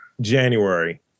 January